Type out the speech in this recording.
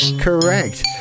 Correct